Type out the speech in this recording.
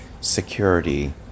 security